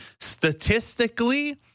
Statistically